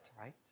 right